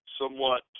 somewhat